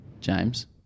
James